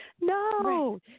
no